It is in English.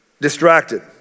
distracted